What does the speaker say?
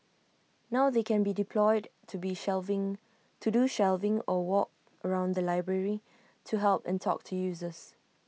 now they can be deployed to be shelving to do shelving or walk around the library to help and talk to users